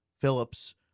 Phillips